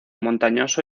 montañoso